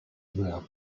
their